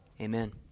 Amen